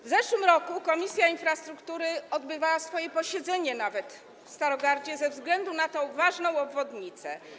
W zeszłym roku Komisja Infrastruktury odbywała nawet swoje posiedzenie w Starogardzie ze względu na tę ważną obwodnicę.